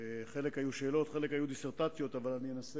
חלק היו שאלות, חלק היו דיסרטציות, אבל אני אנסה